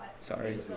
Sorry